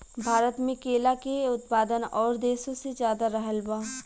भारत मे केला के उत्पादन और देशो से ज्यादा रहल बा